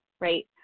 right